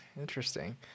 interesting